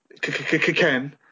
Ken